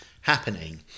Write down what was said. happening